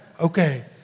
Okay